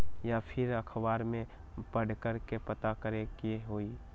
या फिर अखबार में पढ़कर के पता करे के होई?